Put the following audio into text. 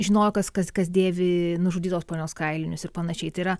žinojo kas kas kas dėvi nužudytos ponios kailinius ir panašiai tai yra